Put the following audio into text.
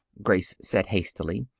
grace said hastily.